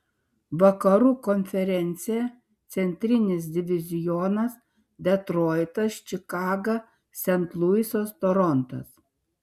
vakarų konferencija centrinis divizionas detroitas čikaga sent luisas torontas